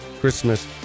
Christmas